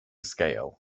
scale